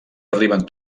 arriben